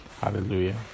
Hallelujah